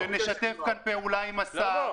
אנחנו כאן אמרנו שנשתף פעולה עם השר -- שלמה,